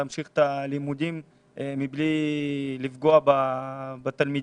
יהיה להמשיך את הלימודים בלי לפגוע בתלמידים.